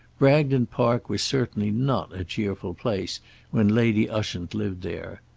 bragton park was certainly not a cheerful place when lady ushant lived there.